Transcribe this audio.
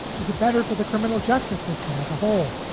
is it better for the criminal justice system as a whole?